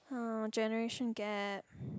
our generation gap